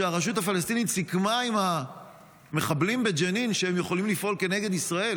הרשות הפלסטינית סיכמה עם המחבלים בג'נין שהם יכולים לפעול כנגד ישראל.